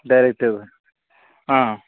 direct